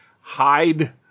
Hide